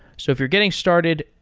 so if you're getting started,